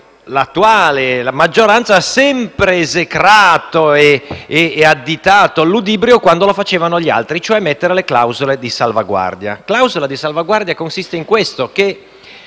l'attuale maggioranza ha sempre esecrato e additato al ludibrio quando lo facevano gli altri, cioè mettere le clausole di salvaguardia. La clausola di salvaguardia consiste nel fatto che